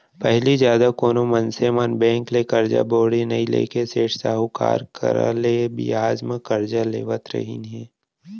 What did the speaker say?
पहिली जादा कोनो मनसे मन बेंक ले करजा बोड़ी नइ लेके सेठ साहूकार करा ले बियाज म करजा लेवत रहिन हें